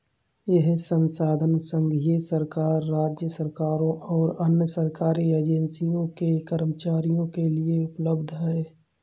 यह संसाधन संघीय सरकार, राज्य सरकारों और अन्य सरकारी एजेंसियों के कर्मचारियों के लिए उपलब्ध है